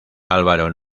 álvaro